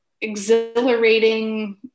exhilarating